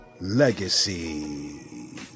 Legacy